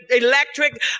electric